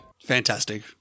Fantastic